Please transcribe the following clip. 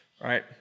right